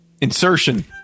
insertion